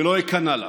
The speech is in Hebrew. ולא איכנע לה.